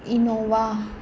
Innova